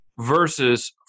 versus